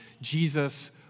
Jesus